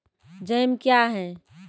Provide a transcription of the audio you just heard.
Jam क्या हैं?